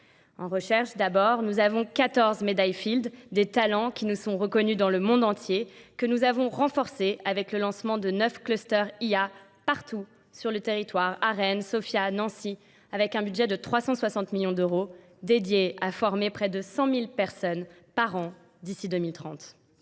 En recherche d'abord, nous avons 14 médailles field, des talents qui nous sont reconnus dans le monde entier, que nous avons renforcés avec le lancement de 9 clusters IA partout sur le territoire, Arene, Sofia, Nancy, avec un budget de 360 millions d'euros dédié à former près de 100 000 personnes par an d'ici 2030.